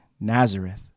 Nazareth